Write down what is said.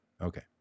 Okay